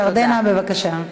ירדנה, בבקשה.